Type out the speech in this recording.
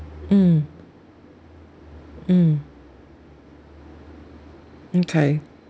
mm mm mm kay